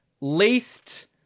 least